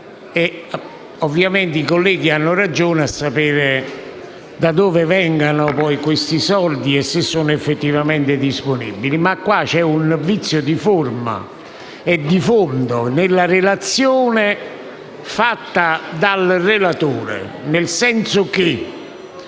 e ovviamente i colleghi hanno ragione nel voler sapere da dove vengono questi soldi e se sono effettivamente disponibili. Qui c'è però un vizio di forma e di fondo nella relazione illustrata dalla relatrice, nel senso che